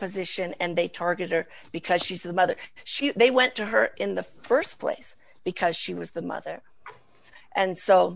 position and they target her because she's the mother she they went to her in the st place because she was the mother and so